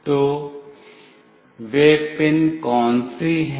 तो वह पिन कौन सी हैं